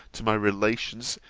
to my relations,